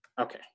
Okay